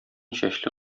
чәчле